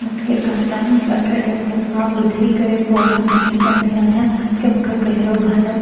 मूंखे गाना अठ ॾह दफ़ा ॿुधी करे पोइ मां नकी कंदी आहियां की मूंखे कहिड़ो गानो